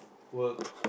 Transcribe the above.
work